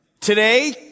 Today